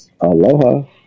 Aloha